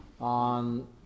on